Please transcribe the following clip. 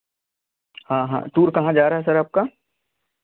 हाँ हाँ टूर कहाँ जा रहा है सर आपका